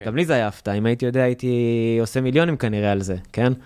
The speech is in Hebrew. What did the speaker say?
גם לי זה היה הפתעה, אם הייתי יודע הייתי עושה מיליונים כנראה על זה, כן?